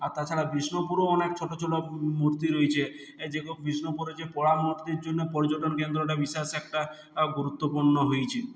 আর তাছাড়া বিষ্ণুপুরেও অনেক ছোটো ছোটো মূর্তি রয়েছে এ যেগু বিষ্ণুপুরে যে পোড়া মূর্তির জন্য পর্যটন কেন্দ্রটা বিশেষ একটা গুরুত্বপূর্ণ হইছে